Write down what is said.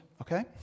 okay